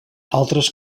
altres